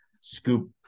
scoop